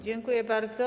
Dziękuję bardzo.